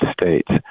States